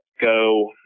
go